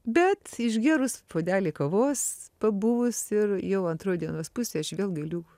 bet išgėrus puodelį kavos pabuvus ir jau antroj dienos pusėj aš vėl galiu